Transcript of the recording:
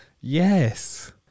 Yes